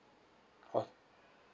ah